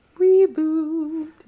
Reboot